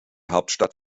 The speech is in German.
hauptstadt